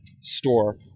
store